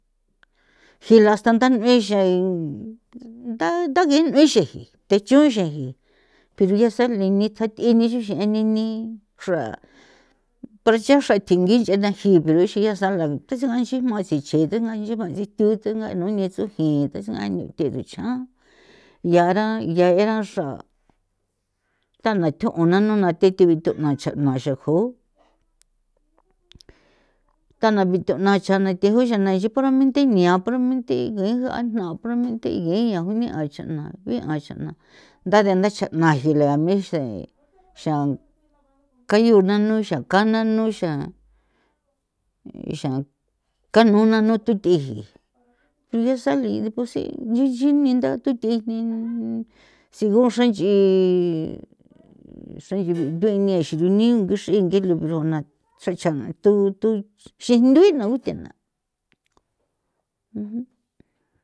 Jila hasta ntha nue xan ntha ge nui xi ji thechu xe ji pero ya sale nitja thi ni ixi xe ni ni xra para cha xra tjingi nchena gi pero ixi ya sala thu nexe gaxi jma tsi chi thena nchi jma tsi thu thunga nu nthe suji tha tsue'a nuthe rucha ya ra xra thana tju'u na nuna thi thi bithuna chana nua jo thana bithuna chana thi juxana xi puramente nia puramente ngee ja nja puramente ngie ya june'a chana be'a chana nthanthera chana jila ya mexe xan ka yoo na nu xan ka nanu xan xan kanuu nano thuth'i ji o ya sale deposi nchi nchi ni ntha thuthe'e ni sigun xra nchi xra nchigu nthue nie xi o niu guxrinthi pero na xachja thu thu xinthu'i na u thena.